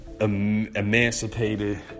emancipated